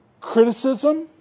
criticism